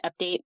update